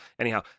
anyhow